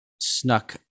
snuck